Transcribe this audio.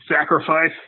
sacrifice